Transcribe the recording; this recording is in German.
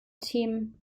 themen